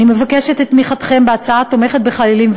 אני מבקשת את תמיכתם בהצעה התומכת בחיילים,